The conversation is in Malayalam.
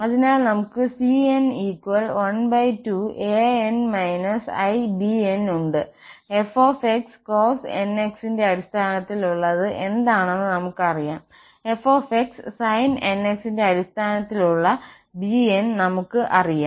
അതിനാൽ നമുക്ക് cn 12 an−i bn ഉണ്ട് f cosnx ന്റെ അടിസ്ഥാനത്തിലുള്ളത് എന്താണെന്ന് നമുക്കറിയാം f sin nx ന്റെ അടിസ്ഥാനത്തിലുള്ള bn നമുക്കറിയാം